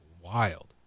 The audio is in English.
wild